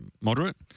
moderate